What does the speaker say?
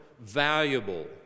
valuable